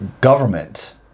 government